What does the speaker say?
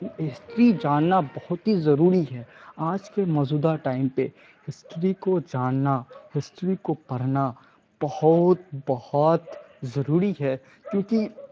history جاننا بہت ہی ضروری ہے آج کے موجودہ ٹائم پہ ہسٹری کو جاننا ہسٹری کو پڑھنا بہت بہت ضروری ہے کیونکہ